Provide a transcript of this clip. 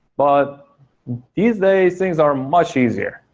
but these days things are much easier.